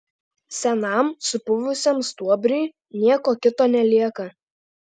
senam supuvusiam stuobriui nieko kito nelieka